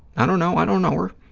i don't know. i don't know her.